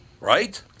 Right